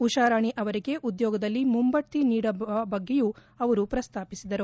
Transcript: ಉಷಾರಾಣಿ ಅವರಿಗೆ ಉದ್ಯೋಗದಲ್ಲಿ ಮುಂಬಡ್ತಿ ನೀಡುವ ಬಗ್ಗೆಯೂ ಅವರು ಪ್ರಸ್ತಾಪಿಸಿದರು